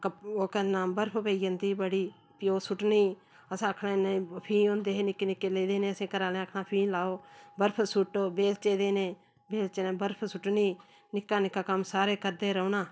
ओह् करना बर्फ पेई जंदी बड़ी फ्ही ओह् सुट्टनी असें आखने इन्ने फ्ही होंदे हे निक्के निक्के लेई दे न असें घरै आह्लें आखना फ्ही लाओ बर्फ सुट्टो बेलचे देने बेलचे ने बर्फ सुट्टनी निक्का निक्का कम्म सारे करदे रौह्ना